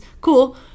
Cool